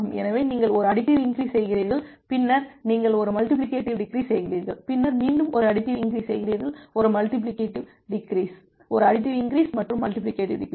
எனவே நீங்கள் ஒரு அடிட்டிவ் இன்கிரீஸ் செய்கிறீர்கள் பின்னர் நீங்கள் ஒரு மல்டிபிலிகேடிவ் டிகிரிஸ் செய்கிறீர்கள் பின்னர் மீண்டும் ஒரு அடிட்டிவ் இன்கிரீஸ் செய்கிறீர்கள் ஒரு மல்டிபிலிகேடிவ் டிகிரிஸ் ஒரு அடிட்டிவ் இன்கிரீஸ் மற்றும் மல்டிபிலிகேடிவ் டிகிரிஸ்வு